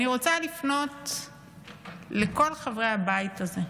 אני רוצה לפנות לכל חברי הבית הזה,